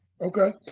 okay